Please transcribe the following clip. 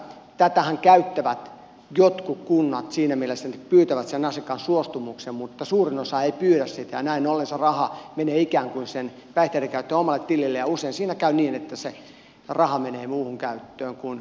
tätähän käyttävät jotkut kunnat siinä mielessä että ne pyytävät sen asiakkaan suostumuksen mutta suurin osa ei pyydä sitä ja näin ollen se raha menee sen päihteidenkäyttäjän omalle tilille ja usein siinä käy niin että se raha menee muuhun käyttöön kuin siihen vuokranmaksuun